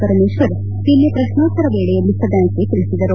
ಪರಮೇಶ್ವರ ನಿನ್ನೆ ಪ್ರಶ್ನೋತ್ತರ ವೇಳಿಯಲ್ಲಿ ಸದನಕ್ಕೆ ತಿಳಿಸಿದರು